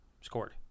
scored